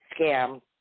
scam